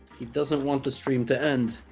he doesn't want the stream to end